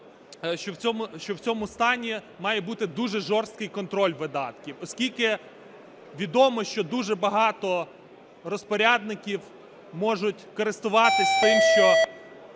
що в цьому стані має бути дуже жорсткий контроль видатків, оскільки відомо, що дуже багато розпорядників можуть користуватись тим, що